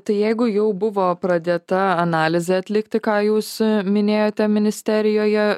tai jeigu jau buvo pradėta analizė atlikti ką jūs minėjote ministerijoje